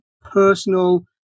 personal